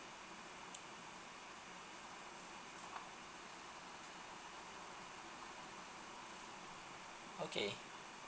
okay